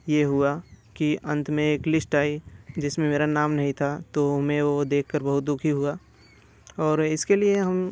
ये हुआ कि अंत में एक लिश्ट आई जिस में मेरा नाम नहीं था तो मैं वो देख कर बहुत दुखी हुआ और इसके लिए हम